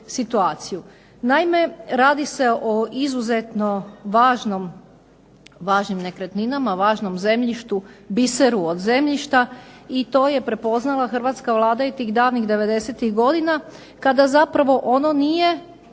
Naime, radi se o izuzetno važnom, važnim nekretninama, važnom zemljištu, biseru od zemljišta, i to je prepoznala hrvatska Vlada i tih davnih 90-ih godina, kada zapravo ono nije